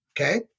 Okay